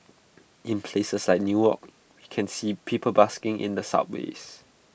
in places like new york we can see people busking in the subways